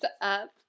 up